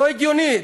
לא הגיוני.